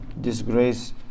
disgrace